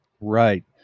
Right